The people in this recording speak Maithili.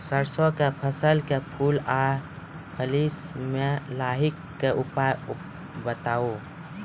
सरसों के फसल के फूल आ फली मे लाहीक के उपाय बताऊ?